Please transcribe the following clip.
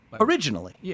originally